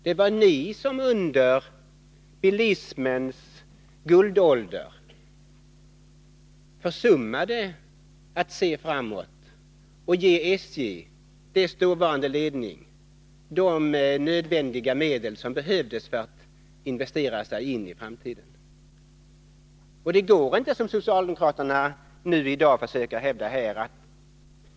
Det var ni som under bilismens guldålder försummade att se framåt och ge SJ:s dåvarande ledning de medel som var nödvändiga för att SJ skulle kunna investera sig in i framtiden. Det går inte att, som socialdemokraterna i dag vill göra, ge SJ en halv miljard med en gång och på det viset låta SJ köpa sig fri från skyldigheten att jobba sig ur denna kris.